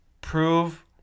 prove